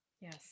Yes